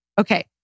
Okay